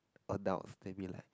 adult maybe like